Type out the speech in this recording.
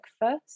first